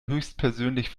höchstpersönlich